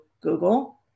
Google